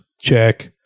Check